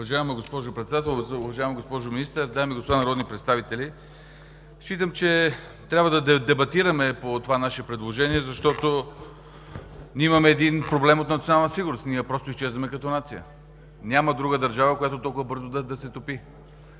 Уважаема госпожо Председател, уважаема госпожо Министър, дами и господа народни представители! Считам, че трябва да дебатираме по това наше предложение, защото имаме проблем от национална сигурност – ние просто изчезваме като нация. Няма друга държава, която толкова бързо да се топи.